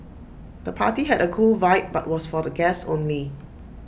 the party had A cool vibe but was for guests only